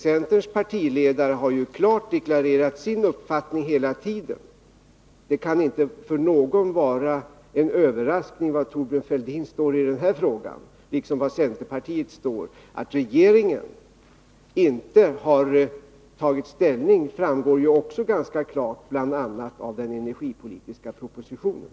Centerns partiledare har ju klart deklarerat sin uppfattning hela tiden. Det kan inte för någon vara en överraskning var Thorbjörn Fälldin och centerpartiet står i den här frågan. Att regeringen inte har tagit ställning framgår ju också ganska klart bl.a. av den energipolitiska propositionen.